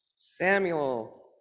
Samuel